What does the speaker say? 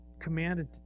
commanded